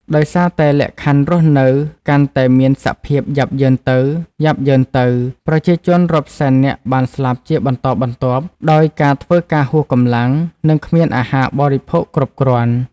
ដោយសារតែលក្ខខណ្ឌរស់នៅកាន់តែមានសភាពយ៉ាប់យ៉ឺនទៅៗ ប្រជាជនរាប់សែននាក់បានស្លាប់ជាបន្តបន្ទាប់ ដោយការធ្វើការហួសកម្លាំង និងគ្មានអាហារបរិភោគគ្រប់គ្រាន់។